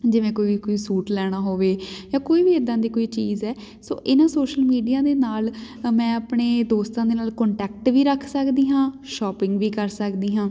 ਜਿਵੇਂ ਕੋਈ ਕੋਈ ਸੂਟ ਲੈਣਾ ਹੋਵੇ ਜਾਂ ਕੋਈ ਵੀ ਇੱਦਾਂ ਦੀ ਕੋਈ ਚੀਜ਼ ਹੈ ਸੋ ਇਹਨਾਂ ਸੋਸ਼ਲ ਮੀਡੀਆ ਦੇ ਨਾਲ ਮੈਂ ਆਪਣੇ ਦੋਸਤਾਂ ਦੇ ਨਾਲ ਕੋਟੈਂਕਟ ਵੀ ਰੱਖ ਸਕਦੀ ਹਾਂ ਸ਼ੋਪਿੰਗ ਵੀ ਕਰ ਸਕਦੀ ਹਾਂ